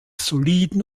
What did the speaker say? soliden